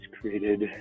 created